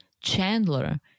Chandler